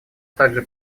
также